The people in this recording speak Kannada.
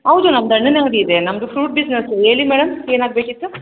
ಹೌದು ನಮ್ಮ ಹಣ್ಣಿನ ಅಂಗಡಿಯಿದೆ ನಮ್ಮದು ಫ್ರುಟ್ ಬಿಸ್ನಸ್ಸು ಹೇಳಿ ಮೇಡಮ್ ಏನಾಗಬೇಕಿತ್ತು